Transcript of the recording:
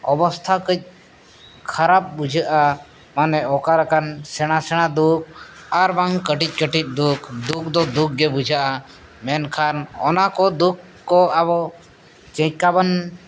ᱚᱵᱚᱥᱛᱷᱟ ᱠᱟᱹᱡ ᱠᱷᱟᱨᱟᱯ ᱵᱩᱡᱷᱟᱹᱜᱼᱟ ᱢᱟᱱᱮ ᱚᱠᱟ ᱞᱮᱠᱟᱱ ᱥᱮᱬᱟᱼᱥᱮᱬᱟ ᱫᱩᱠ ᱟᱨ ᱵᱟᱝ ᱠᱟᱹᱴᱤᱡᱼᱠᱟᱹᱴᱤᱡ ᱫᱩᱠ ᱫᱩᱠᱫᱚ ᱫᱩᱠᱜᱮ ᱵᱩᱡᱷᱟᱹᱜᱼᱟ ᱢᱮᱱᱠᱷᱟᱱ ᱚᱱᱟᱠᱚ ᱫᱩᱠ ᱠᱚ ᱟᱵᱚ ᱪᱮᱠᱟᱵᱚᱱ